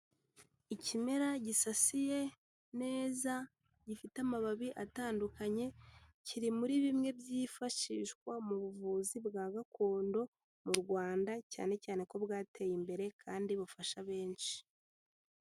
Ikimera gisasiye neza, gifite amababi atandukanye, kiri muri bimwe byifashishwa mu buvuzi bwa gakondo mu Rwanda, cyane cyane ko bwateye imbere kandi bufasha benshi.